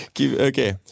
Okay